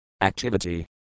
activity